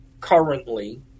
currently